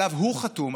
שעליו הוא חתום,